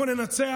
אנחנו ננצח,